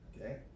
Okay